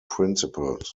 principals